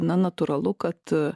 na natūralu kad